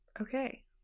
Okay